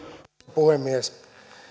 puhemies